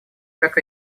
как